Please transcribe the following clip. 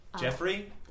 Jeffrey